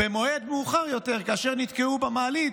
במועד מאוחר יותר, כאשר נתקעו במעלית,